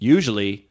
Usually